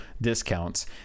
discounts